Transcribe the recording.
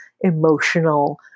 emotional